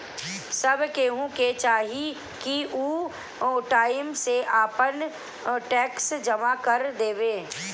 सब केहू के चाही की उ टाइम से आपन टेक्स जमा कर देवे